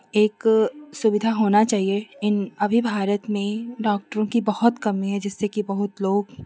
एक सुविधा होना चाहिए इन अभी भारत में डॉक्टरों की बहुत कमी है जिससे की बहुत लोग